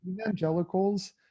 Evangelicals